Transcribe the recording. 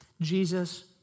Jesus